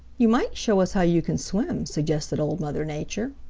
you might show us how you can swim, suggested old mother nature.